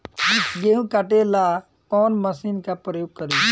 गेहूं काटे ला कवन मशीन का प्रयोग करी?